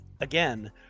again